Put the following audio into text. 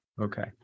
Okay